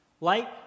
Light